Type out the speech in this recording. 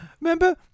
Remember